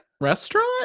restaurant